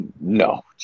No